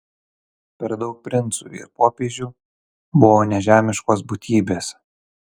per daug princų ir popiežių buvo nežemiškos būtybės